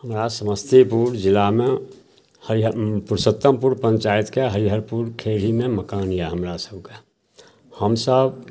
हमरा समस्तीपुर जिलामे हरिहर पुरुषोत्तमपुर पञ्चाइतके हरिहरपुर खेड़ीमे मकान यऽ हमरासभके हमसभ